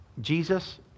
Jesus